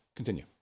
continue